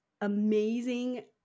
amazing